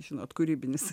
žinot kūrybinis